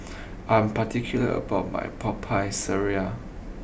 I am particular about my Popiah Sayur